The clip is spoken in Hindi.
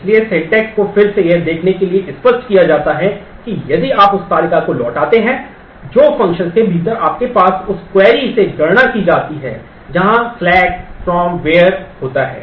इसलिए सिंटैक्स को फिर से यह देखने के लिए स्पष्ट दिया जाता है कि यदि आप उस तालिका को लौटाते हैं जो फ़ंक्शन के भीतर आपके पास उस क्वेरी से गणना की जाती है जहां select from where होता है